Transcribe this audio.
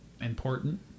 important